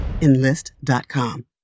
Enlist.com